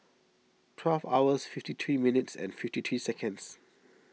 twelve hours fifty three minutes and fifty three seconds